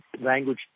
language